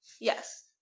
Yes